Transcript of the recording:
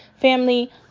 Family